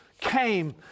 came